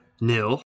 Nil